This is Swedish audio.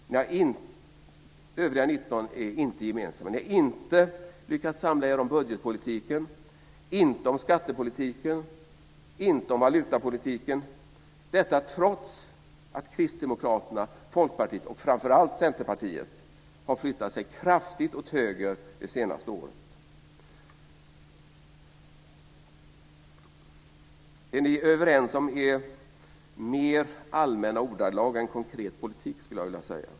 De övriga 19 är inte gemensamma. Ni har inte lyckats samla er om budgetpolitiken, inte om skattepolitiken och inte om valutapolitiken trots att Kristdemokraterna, Folkpartiet och framför allt Centerpartiet har flyttat sig kraftigt åt höger det senaste året. Det som ni är överens om är mer allmänna ordalag är konkret politik, skulle jag vilja säga.